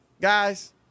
guys